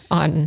on